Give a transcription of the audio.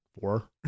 four